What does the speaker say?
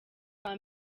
rwa